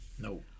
no